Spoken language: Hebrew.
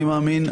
אני מאמין,